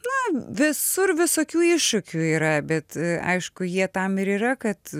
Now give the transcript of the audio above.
na visur visokių iššūkių yra bet aišku jie tam ir yra kad